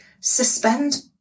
suspend